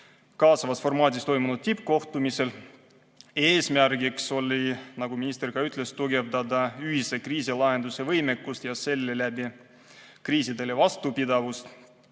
kaasavas formaadis toimunud tippkohtumisel. Eesmärk oli, nagu minister ka ütles, tugevdada ühise kriisilahenduse võimekust ja selle läbi kriisidele vastupidavust.